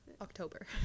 October